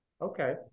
Okay